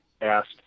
asked